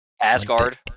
Asgard